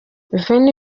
veni